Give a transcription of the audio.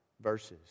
verses